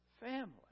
family